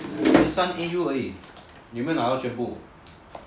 十三而已你有没有拿到全部